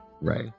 Right